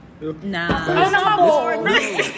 Nah